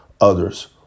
others